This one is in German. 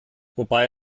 wobei